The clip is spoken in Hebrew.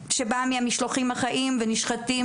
חלק מהתאים היו עמוסים ולא אפשרו רביצה לכל בעלי החיים.